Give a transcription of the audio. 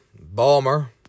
Balmer